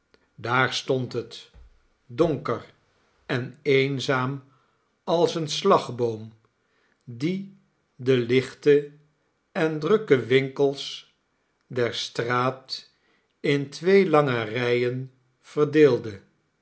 daar stond het donker en eenzaam als een slagboom die de lichte en drukke winkels der straat in twee lange rijen verdeelde